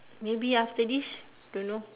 maybe after this don't know